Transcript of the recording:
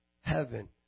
heaven